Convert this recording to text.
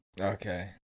Okay